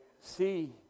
see